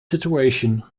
situation